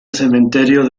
cementerio